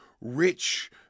rich